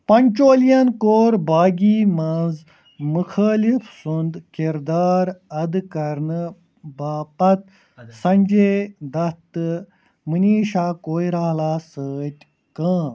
پنچولیَن کوٚر باغی منٛز مُخٲلِف سُنٛد کِردار اَدٕ کَرنہٕ باپتھ سنجے دت تہٕ منیشا کوئرالاہَس سۭتۍ کٲم